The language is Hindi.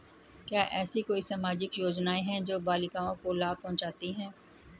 क्या ऐसी कोई सामाजिक योजनाएँ हैं जो बालिकाओं को लाभ पहुँचाती हैं?